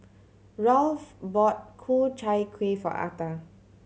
Rolf bought Ku Chai Kueh for Atha